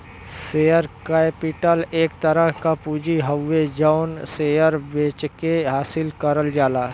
share capital एक तरह क पूंजी हउवे जौन शेयर बेचके हासिल करल जाला